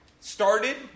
started